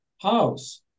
house